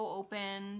open